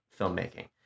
filmmaking